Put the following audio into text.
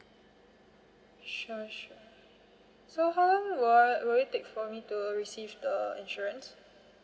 sure sure so how long will will it take for me to receive the insurance